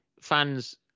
fans